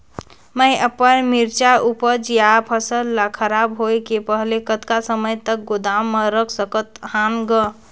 मैं अपन मिरचा ऊपज या फसल ला खराब होय के पहेली कतका समय तक गोदाम म रख सकथ हान ग?